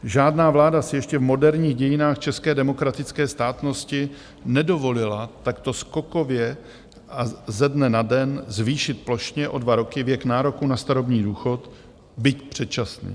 Žádná vláda si ještě v moderních dějinách české demokratické státnosti nedovolila takto skokově a ze dne na den zvýšit plošně o dva roky věk nároku na starobní důchod, byť předčasný.